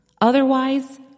Otherwise